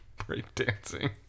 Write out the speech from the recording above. Breakdancing